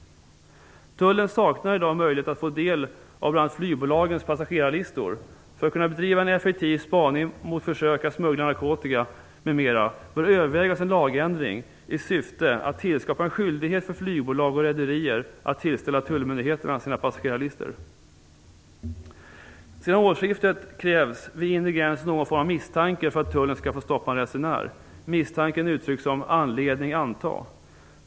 Tullen saknar i dag möjlighet att få del av bl.a. flygbolagens passagerarlistor. För att kunna bedriva en effektiv spaning mot försök att smuggla narkotika m.m. bör övervägas en lagändring i syfte att tillskapa en skyldighet för flygbolag och rederier att tillställa tullmyndigheterna sina passagerarlistor. Sedan årsskiftet krävs vid inre gräns någon form av misstanke för att tullen skall få stoppa en resenär. Misstanken uttrycks som "anledning anta".